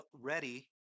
ready